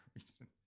reason